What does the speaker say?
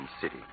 city